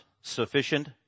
sufficient